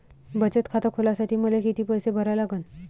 बचत खात खोलासाठी मले किती पैसे भरा लागन?